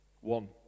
One